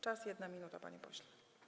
Czas - 1 minuta, panie pośle.